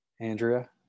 Andrea